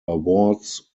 awards